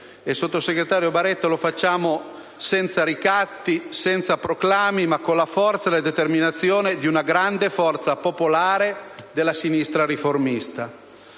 Sottosegretario Baretta, lo facciamo senza ricatti, senza proclami, ma con la forza e con la determinazione di una grande forza popolare della sinistra riformista.